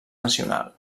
nacional